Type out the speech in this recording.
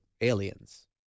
aliens